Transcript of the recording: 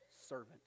servant